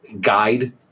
guide